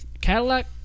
Cadillac